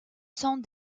sont